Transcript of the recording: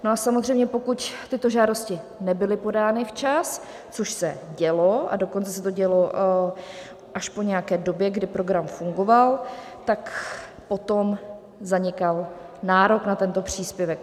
A samozřejmě pokud tyto žádosti nebyly podány včas což se dělo, a dokonce se to dělo až po nějaké době, kdy program fungoval tak potom zanikal nárok na tento příspěvek.